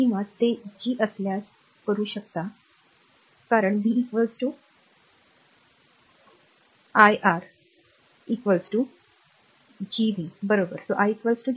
किंवा ते जी असल्यास करू शकता कारण v r काय म्हणाल r i Gv बरोबर i Gv